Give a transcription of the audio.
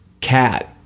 cat